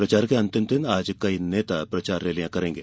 प्रचार के अंतिम दिन आज कई नेता प्रचार रैलियां करेंगे